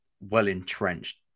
well-entrenched